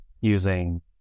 using